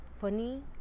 funny